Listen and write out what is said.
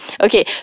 Okay